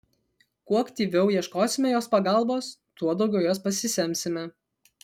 kuo aktyviau ieškosime jos pagalbos tuo daugiau jos pasisemsime